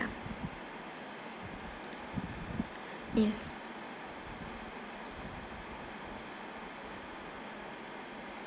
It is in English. yes